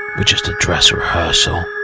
with just a dress rehearsal